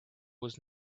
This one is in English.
was